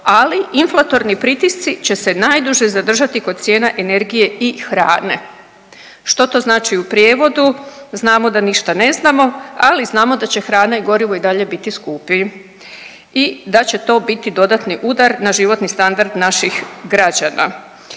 ali inflatorni pritisci će se najduže zadržati kod cijena energije i hrane, što to znači u prijevodu? Znamo da ništa ne znamo, ali znamo da će hrana i gorivo i dalje biti skupi i da će to biti dodatni udar na životni standard naših građana.